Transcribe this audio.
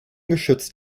geschützt